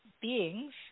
beings